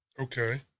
Okay